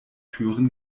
türen